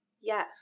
Yes